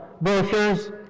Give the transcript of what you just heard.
brochures